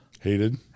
Hated